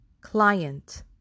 client